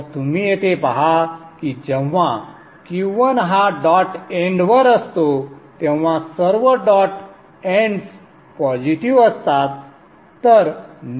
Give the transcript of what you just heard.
तर तुम्ही येथे पहा की जेव्हा Q1 हा डॉट एन्ड वर असतो तेव्हा सर्व डॉट एन्ड्स पॉझिटिव्ह असतात